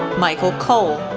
michael cole,